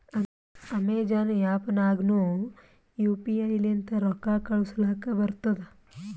Amazon app ನಾಗ್ನು U P I ಲಿಂತ ರೊಕ್ಕಾ ಕಳೂಸಲಕ್ ಬರ್ತುದ್